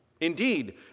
Indeed